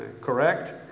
correct